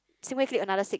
clique another six